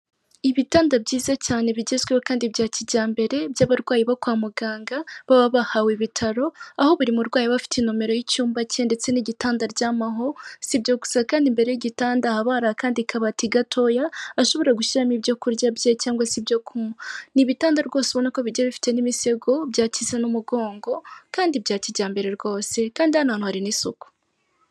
Ibitanda byiza cyane bigezweho kandi bya kijyambere by'abarwayi bo kwa muganga baba bahawe ibitaro, aho buri murwayi aba afite inomero y'icyumba cye ndetse n'igitanda aryamaho, si ibyo gusa kandi imbere y'igitanda haba hari akandi kabati gatoya ashobora gushyiramo ibyo kurya bye cyangwa se ibyo kunywa, ni ibitanda rwose ubona ko bigiye bifite n'imisego byakiza n'umugongo kandi bya kijyambere rwose kandi hano hantu hari n'isuku.